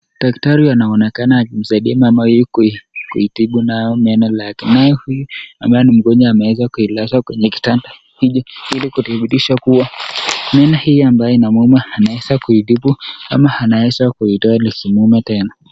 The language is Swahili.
Daktari anaonekana akimsaidia mama huyo kuitibu nayo meno lake ,naye huyu ambaye ni mgonjwa ameweza kuilaza kwenye kitanda ili kuthibitisha kuwa meno hii ambayo inamuuma anaeza kuitibu ama anaeza kuitoa Iikimuuma tena.